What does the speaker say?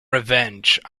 revenge